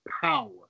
power